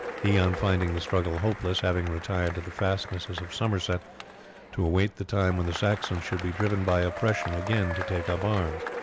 he, on finding the struggle hopeless, having retired to the fastnesses of somerset to await the time when the saxons should be driven by oppression again to take up arms.